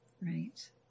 Right